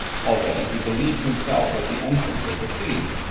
already he believed himself at the entrance of the sea,